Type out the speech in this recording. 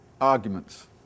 arguments